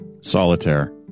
Solitaire